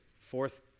fourth